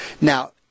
Now